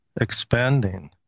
expanding